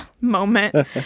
moment